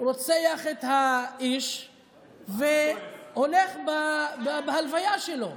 רוצח את האיש והולך בהלוויה שלו.